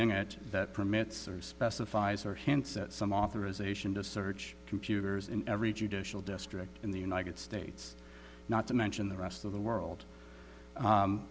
in it that permits or specifies or hints at some authorization to search computers in every judicial district in the united states not to mention the rest of the world